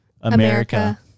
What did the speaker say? America